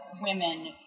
women